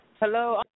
Hello